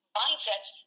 mindsets